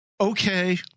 Okay